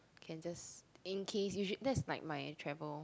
can just in case you should that's like my travel